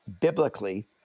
biblically